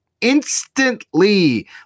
instantly